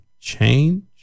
change